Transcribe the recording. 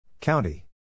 County